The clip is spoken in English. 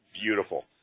beautiful